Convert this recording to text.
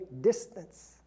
distance